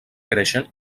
creixen